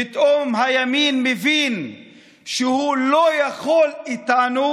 פתאום הימין מבין שהוא לא יכול איתנו,